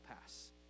pass